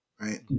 Right